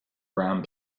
round